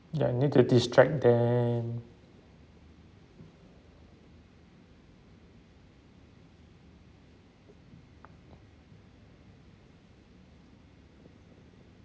ya you need to distract them